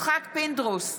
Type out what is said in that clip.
יצחק פינדרוס,